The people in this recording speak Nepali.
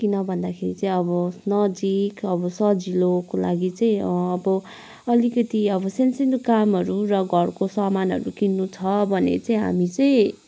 किन भन्दाखेरि चाहिँ अब नजिक अब सजिलोको लागि चाहिँ अब अलिकति अब सानोसानो कामहरू र घरको सामानहरू किन्नु छ भने चाहिँ हामी चाहिँ